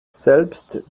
selbst